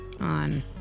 on